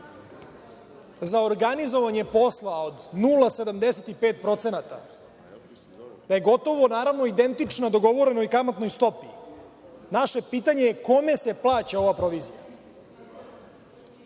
za organizovanje posla od 0,75%, da je gotovo, naravno, identično dogovoreno i kamatnoj stopi. Naše pitanje je – kome se plaća ova provizija?